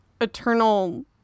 eternal